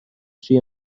سوی